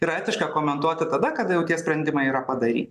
yra etiška komentuoti tada kada jau tie sprendimai yra padaryti